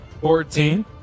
Fourteen